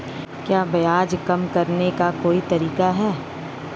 क्या ब्याज कम करने का कोई तरीका है?